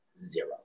zero